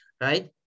right